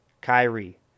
Kyrie